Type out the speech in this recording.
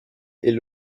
est